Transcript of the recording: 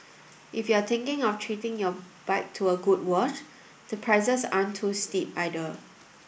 if you're thinking of treating your bike to a good wash the prices aren't too steep either